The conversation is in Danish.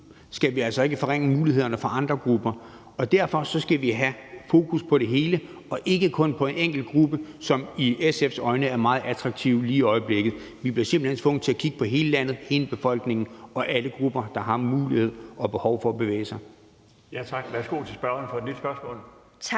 i møde skal forringe mulighederne for andre grupper. Og derfor skal vi have fokus på det hele og ikke kun på en enkelt gruppe, som i SF's øjne er meget attraktiv lige i øjeblikket. Vi bliver simpelt hen tvunget til at kigge på hele landet, hele befolkningen og alle grupper, der har mulighed og behov for at bevæge sig. Kl. 17:18 Den fg. formand (Bjarne